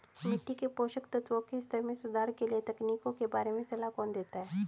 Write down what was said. मिट्टी के पोषक तत्वों के स्तर में सुधार के लिए तकनीकों के बारे में सलाह कौन देता है?